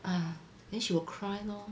uh then she will cry lor